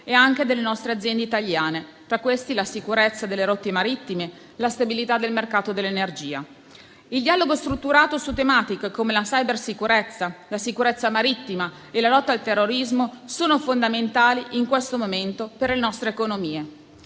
e anche delle nostre aziende italiane. Tra questi, la sicurezza delle rotte marittime, la stabilità del mercato dell'energia, il dialogo strutturato su tematiche come la cybersicurezza, la sicurezza marittima e la lotta al terrorismo sono fondamentali in questo momento per le nostre economie.